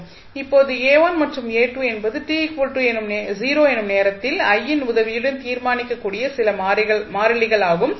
இப்போது மற்றும் என்பது t 0 எனும் நேரத்தில் i யின் உதவியுடன் தீர்மானிக்க கூடிய சில மாறிலிகள் ஆகும்